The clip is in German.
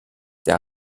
der